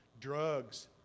Drugs